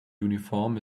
uniform